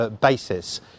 basis